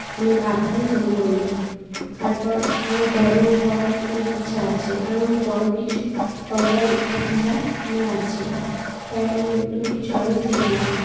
আমি ভাবতে শুরু করলাম তারপর আরও বড় হওয়ার আমার ইচ্ছা আছে আরও বড় কিছু করবার ইচ্ছা আমার আছে তাই আমি নতুন কিছু আরও শিখলাম